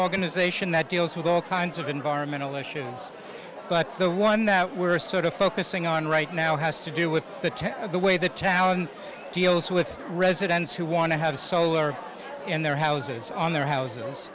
organization that deals with all kinds of environmental issues but the one that we're sort of focusing on right now has to do with the tenor of the way the town deals with residents who want to have solar in their houses on their houses